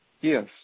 Yes